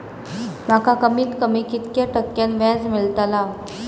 माका कमीत कमी कितक्या टक्क्यान व्याज मेलतला?